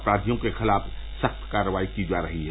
अपराधियों के खिलाफ सख्त कार्रवाई की जा रही है